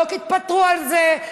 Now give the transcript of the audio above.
לא תתפטרו על זה,